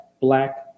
black